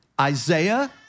Isaiah